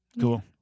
Cool